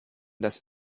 das